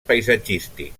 paisatgístic